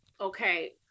Okay